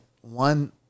one